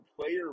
player